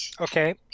Okay